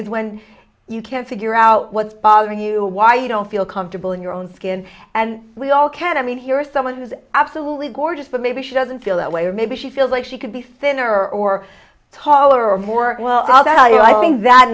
is when you can't figure out what's bothering you why you don't feel comfortable in your own skin and we all can i mean here is someone who's absolutely gorgeous but maybe she doesn't feel that way or maybe she feels like she could be thinner or taller or more well i'll tell you i think that